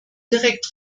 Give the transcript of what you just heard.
direkt